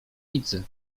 nicy